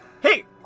Hey